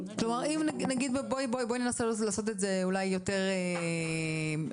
--- בואי ננסה לעשות את זה יותר מוחשי.